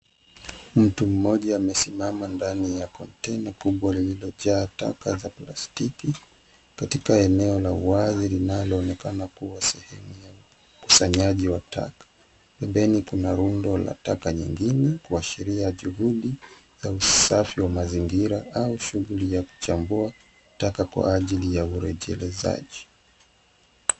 Mtu mmoja amesimama ndani ya container kubwa lililojaa taka za plastiki katika eneo la wazi linaloonekana kuwa sehemu ya ukusanyaji taka .Pembeni kuna rundo la taka nyingine kuashiria juhudi za usafi wa mazingira au shughuli ya kuchambua taka kwa ajili ya urejereshaji.